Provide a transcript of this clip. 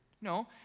No